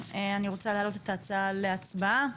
אני רוצה להעלות את ההצעה להצבעה.